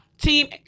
Team